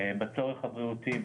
בצורך הבריאותי,